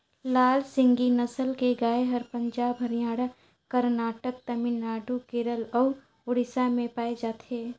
लाल सिंघी नसल के गाय हर पंजाब, हरियाणा, करनाटक, तमिलनाडु, केरल अउ उड़ीसा में पाए जाथे